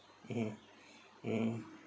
mm mm